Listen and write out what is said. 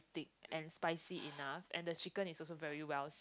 thick and spicy enough and the chicken is also very well